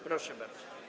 Proszę bardzo.